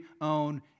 own